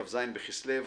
כ"ז בכסלו,